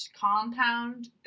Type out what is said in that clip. compound